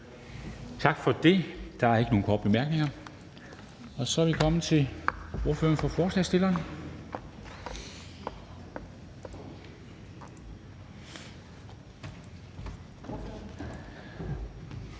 Tak for det. Der er ikke nogen korte bemærkninger. Så er vi kommet til ordføreren for forslagsstillerne,